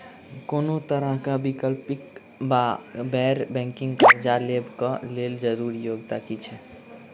कोनो तरह कऽ वैकल्पिक वा गैर बैंकिंग कर्जा लेबऽ कऽ लेल जरूरी योग्यता की छई?